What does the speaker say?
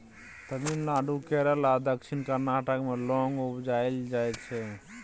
तमिलनाडु, केरल आ दक्षिण कर्नाटक मे लौंग उपजाएल जाइ छै